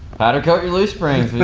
how to cut your leaf springs.